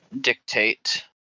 dictate